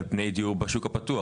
על פני דיור בשוק הפתוח?